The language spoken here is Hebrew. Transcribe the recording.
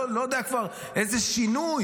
אני לא יודע כבר איזה שינוי.